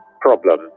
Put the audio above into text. problem